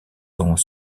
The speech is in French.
dont